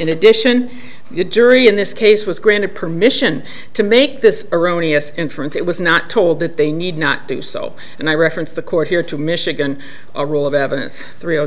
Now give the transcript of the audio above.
in addition the jury in this case was granted permission to make this erroneous inference it was not told that they need not do so and i referenced the court here to michigan a rule of evidence thr